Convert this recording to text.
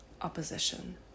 opposition